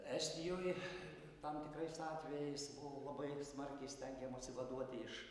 estijoj tam tikrais atvejais labai smarkiai stengiamasi vaduoti iš